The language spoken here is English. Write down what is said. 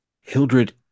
Hildred